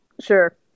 Sure